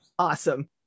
Awesome